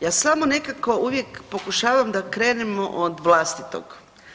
Ja samo nekako uvijek pokušavam da krenemo od vlastitog.